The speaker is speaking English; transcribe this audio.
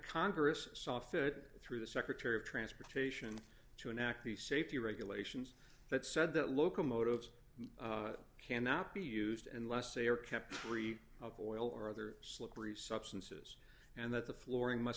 congress saw fit through the secretary of transportation to enact the safety regulations that said that locomotives cannot be used and less a are kept free of oil or other slippery substances and that the flooring must